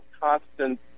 constant